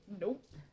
nope